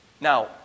Now